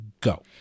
Go